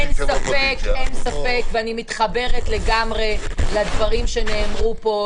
ואני מתחברת לגמרי לדברים שנאמרו כאן